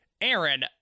Aaron